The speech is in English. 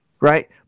right